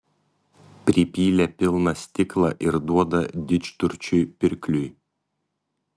pripylė pilną stiklą ir duoda didžturčiui pirkliui